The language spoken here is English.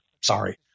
sorry